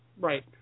Right